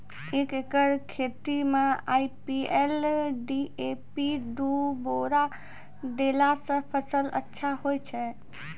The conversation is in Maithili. एक एकरऽ खेती मे आई.पी.एल डी.ए.पी दु बोरा देला से फ़सल अच्छा होय छै?